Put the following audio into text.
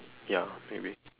ya maybe